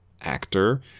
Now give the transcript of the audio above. actor